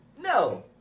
No